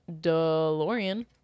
DeLorean